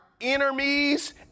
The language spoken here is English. enemies